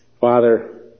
Father